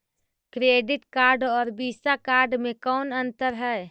Credit card और Visa card मे कौन अन्तर है?